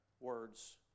words